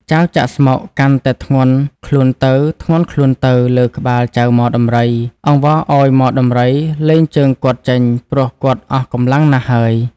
ចៅចាក់ស្មុគ កាន់តែធ្ងន់ខ្លួនទៅៗ លើក្បាលចៅ ហ្មដំរី អង្វរឱ្យហ្មដំរី លែងជើងគាត់ចេញព្រោះគាត់អស់កំលាំងណាស់ហើយ។